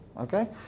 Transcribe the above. Okay